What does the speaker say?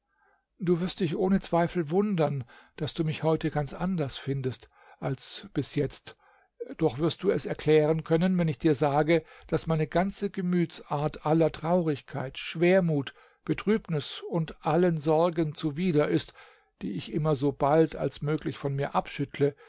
du wirst dich ohne zweifel wundern daß du mich heute ganz anders findest als bis jetzt doch wirst du es erklären können wenn ich dir sage daß meine ganze gemütsart aller traurigkeit schwermut betrübnis und allen sorgen zuwider ist die ich immer so bald als möglich von mir abschüttle